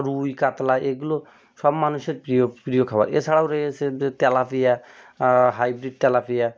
রুই কাতলা এগুলো সব মানুষের প্রিয় প্রিয় খাবার এছাড়াও রয়েছে যে তেলাপিয়া হাইব্রিড তেলাপিয়া